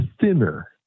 thinner